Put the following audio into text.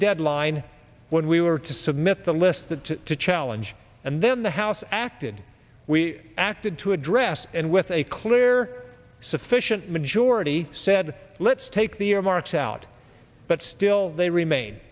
deadline when we were to submit the list that to challenge and then the house acted we acted to address and with a clear sufficient majority said let's take the earmarks out but still they remain